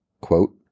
Quote